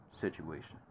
situation